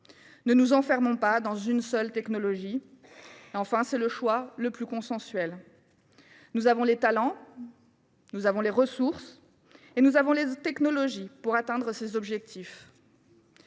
ne nous enfermons pas dans une seule technologie ! Enfin, c’est le choix le plus consensuel. Nous disposons des talents, des ressources et des technologies pour atteindre ces objectifs.